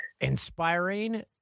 inspiring